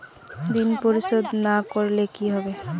ঋণ পরিশোধ না করলে কি হবে?